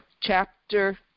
chapter